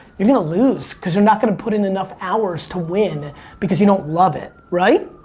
you're gonna lose cause you're not going to put in enough hours to win because you don't love it, right?